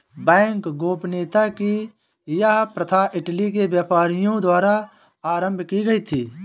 bank गोपनीयता की यह प्रथा इटली के व्यापारियों द्वारा आरम्भ की गयी थी